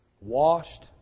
Washed